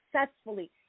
successfully